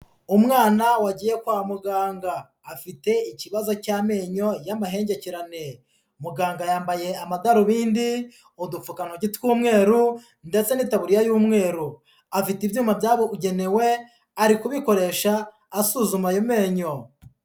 Umwana wagiye kwa muganga afite ikibazo cy'amenyo y'amahengekerane, muganga yambaye amadarubindi, udupfukantoki tw'umweruda ndetse n'itaburiya y'umweru, afite ibyuma byabugenewe ari kubikoresha asuzuma ayo menyo.